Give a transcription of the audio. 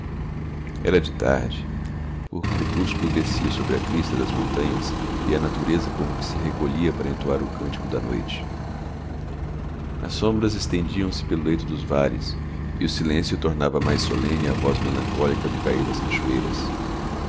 chorei era de tarde o crepúsculo descia sobre a crista das montanhas e a natureza como que se recolhia para entoar o cântico da noite as sombras estendiam-se pelo leito dos vales e o silêncio tornava mais solene a voz melancólica do cair das cachoeiras